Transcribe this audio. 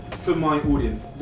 fill my audience,